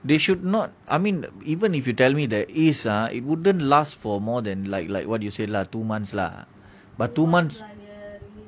they should not I mean even if you tell me there is ah it wouldn't last for more than like like what you say lah two months lah but two months